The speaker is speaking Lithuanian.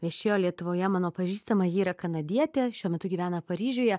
viešėjo lietuvoje mano pažįstama ji yra kanadietė šiuo metu gyvena paryžiuje